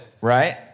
right